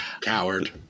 Coward